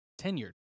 tenured